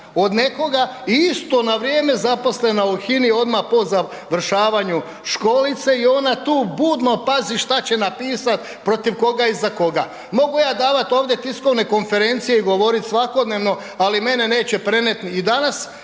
od nekoga i isto na vrijeme zaposlena u HINA-i odma po završavanju školice i ona tu budno pazi šta će napisat, protiv koga i za koga. Mogu ja davat ovdje tiskovne konferencije i govorit svakodnevno, ali mene neće prenet i danas